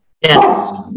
Yes